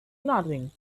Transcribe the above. nothing